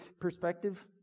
perspective